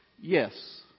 Yes